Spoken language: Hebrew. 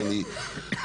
אתה